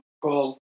called